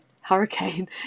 hurricane